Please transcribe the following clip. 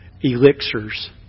elixirs